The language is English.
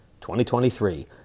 2023